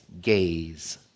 gaze